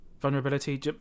vulnerability